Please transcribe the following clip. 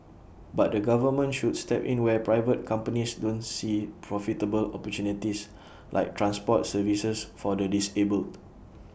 but the government should step in where private companies don't see profitable opportunities like transport services for the disabled